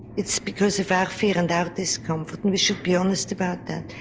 it's because of our fear and our discomfort and we should be honest about that.